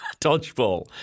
dodgeball